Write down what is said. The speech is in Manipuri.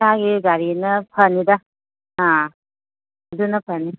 ꯏꯁꯥꯒꯤ ꯒꯥꯔꯤꯅ ꯐꯅꯤꯗ ꯑꯥ ꯑꯗꯨꯅ ꯐꯅꯤ